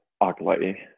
ugly